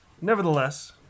nevertheless